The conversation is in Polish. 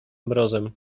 mrozem